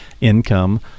Income